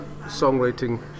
songwriting